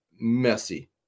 messy